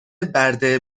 برده